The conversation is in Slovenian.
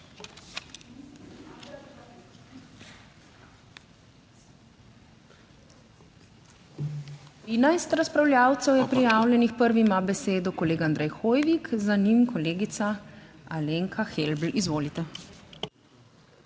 13 razpravljavcev je prijavljenih, prvi ima besedo kolega Andrej Hoivik, za njim kolegica Alenka Helbl. Izvolite.